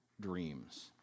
dreams